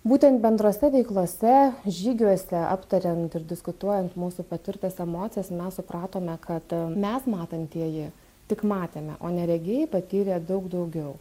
būtent bendrose veiklose žygiuose aptariant ir diskutuojant mūsų patirtas emocijas mes supratome kad mes matantieji tik matėme o neregiai patyrė daug daugiau